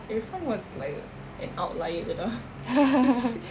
irfan was like an outlier lah he's